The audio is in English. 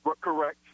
Correct